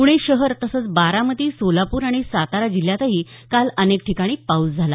पुणे शहर तसंच बारामती सोलापूर आणि सातारा जिल्ह्यातही काल अनेक ठिकाणी पाऊस झाला